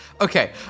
okay